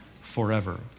forever